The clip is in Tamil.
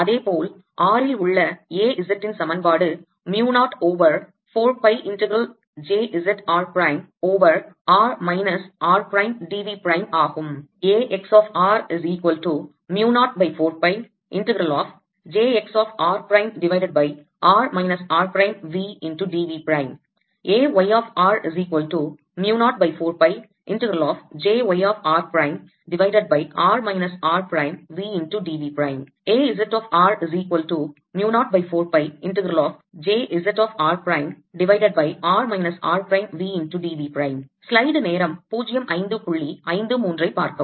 அதே போல் r ல் உள்ள A z ன் சமன்பாடு mu 0 over 4 pi integral j z r prime over r minus r prime d v prime ஆகும்